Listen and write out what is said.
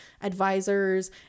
advisors